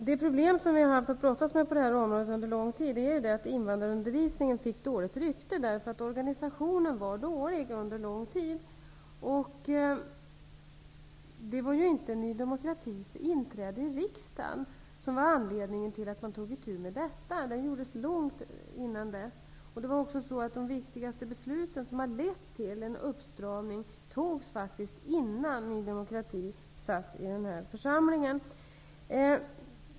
Herr talman! Det problem vi har brottats med är att invandrarundervisningen fick dåligt rykte därför att organisationen under lång tid var dålig. Det var inte Ny demokratis inträde i riksdagen som var anledningen till att man tog itu med detta. Det gjordes långt tidigare. De viktigaste besluten, som har lett till en uppstramning, fattades faktiskt innan Ny demokrati kom till denna församling.